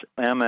MS